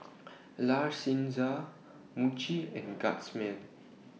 La Senza Muji and Guardsman